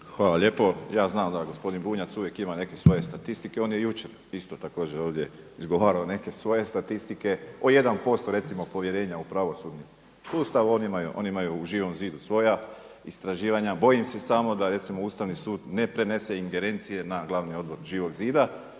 Hvala lijepo. Ja znam da gospodin Bunjac uvijek ima neke svoje statistike. On je jučer isto također ovdje izgovarao neke svoje statistike o 1% recimo povjerenja u pravosudni sustav, oni imaju u Živom zidu svoja istraživanja. Bojim se samo da recimo Ustavni sud ne prenese ingerencije na glavni odbor Živog zida